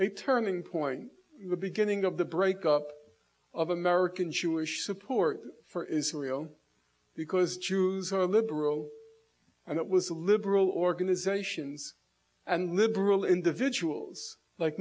a turning point in the beginning of the break up of american jewish support for israel because jews are liberal and it was a liberal organizations and liberal individuals like